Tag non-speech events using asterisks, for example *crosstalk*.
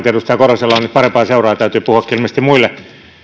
*unintelligible* edustaja korhosella on nyt parempaa seuraa täytyykin puhua ilmeisesti muille